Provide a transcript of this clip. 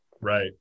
Right